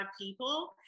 people